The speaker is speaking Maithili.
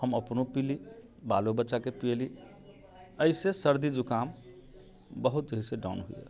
हम अपनो पीली बालो बच्चाके पीयैली अइसँ सर्दी जुकाम बहुत है से जे डाउन हो गेल